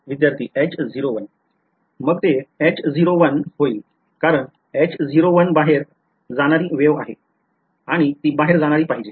विद्यार्थी मग ते होईल कारण बाहेर जाणारी वेव आहेआणि ती बाहेर जाणारी पाहिजे